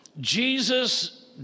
Jesus